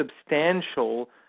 substantial